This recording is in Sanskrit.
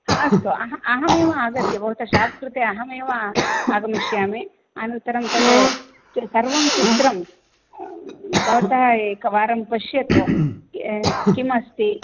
अस्तु अह अहमेव आगत्य भवतः शाप् कृते अहमेव आगमिष्यामि अनन्तरं तद् सर्वं चित्रं भवतः एकवारं पश्यतु किमस्ति